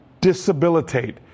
Disabilitate